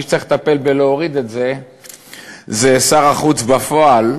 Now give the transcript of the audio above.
מי שצריך לטפל בלהוריד את זה זה שר החוץ בפועל,